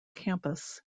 campus